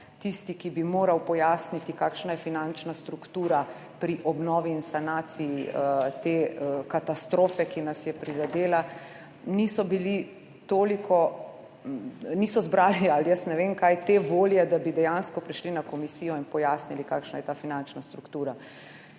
tisti, ki bi moral pojasniti, kakšna je finančna struktura pri obnovi in sanaciji te katastrofe, ki nas je prizadela, niso zbrali, jaz ne vem kaj, te volje, da bi dejansko prišli na komisijo in pojasnili, kakšna je ta finančna struktura.